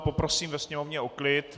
Poprosím ve sněmovně o klid!